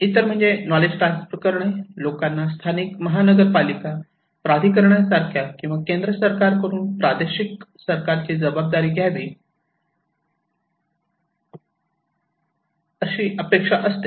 इतर म्हणजे knowledge transfer करणे लोकांना स्थानिक महानगरपालिका प्राधिकरणासारख्या किंवा केंद्र सरकारकडून प्रादेशिक सरकारची जबाबदारी घ्यावी असे अपेक्षा असते